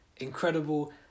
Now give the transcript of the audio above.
incredible